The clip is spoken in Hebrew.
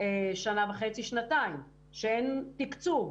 עוד שנה וחצי-שנתיים, כשאין תקצוב.